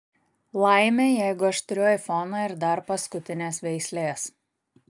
laimė jeigu aš turiu aifoną ir dar paskutinės veislės